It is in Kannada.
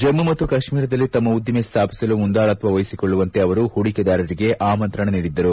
ಜಮ್ಮ ಮತ್ತು ಕಾಶ್ಮೀರದಲ್ಲಿ ತಮ್ಮ ಉದ್ದಿಮೆ ಸ್ಥಾಪಿಸಲು ಮುಂದಾಳತ್ವ ವಹಿಸಿಕೊಳ್ಳುವಂತೆ ಅವರು ಪೂಡಿಕೆದಾರರಿಗೆ ಆಮಂತ್ರಣ ನೀಡಿದರು